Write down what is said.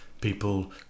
people